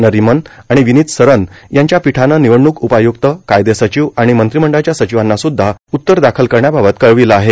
नरीमन आणि विनित सरन यांच्या पीठानं निवडणूक उपायुक्त कायदेसचिव आणि मंत्रिमंडळाच्या सचिवांनासुद्धा उत्तर दाखल करण्याबाबत कळविलं आहे